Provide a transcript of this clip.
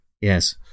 yes